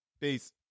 Peace